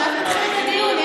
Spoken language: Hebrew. עכשיו נתחיל את הדיון.